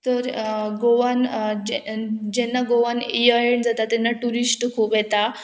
तर गोवान जेन्ना गोवान ए आय एड जाता तेन्ना ट्युरिस्ट खूब येता